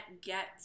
get